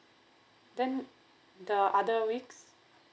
then the other weeks